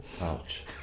Ouch